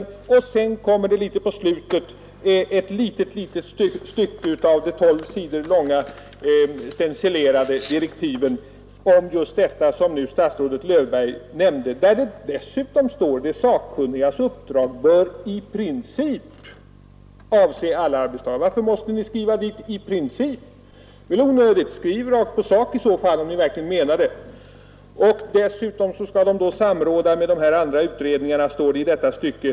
Av de tolv stencilerade sidorna ägnas på slutet ett litet, litet stycke åt detta som statsrådet Löfberg nämnde. Där står det att de sakkunnigas uppdrag i princip bör avse alla arbetstagare. Varför i princip? Skriv rakt på sak vad ni verkligen menar! Dessutom skall utredningen samråda med de andra utredningarna, står det i detta stycke.